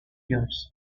years